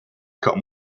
come